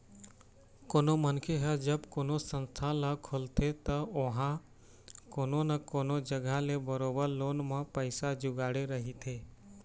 कोनो मनखे ह जब कोनो संस्था ल खोलथे त ओहा कोनो न कोनो जघा ले बरोबर लोन म पइसा जुगाड़े रहिथे